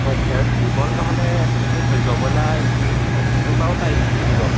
অঁ বিমল নহ'লে জবলা যি জিণ্টুপৰাও পাৰি নিব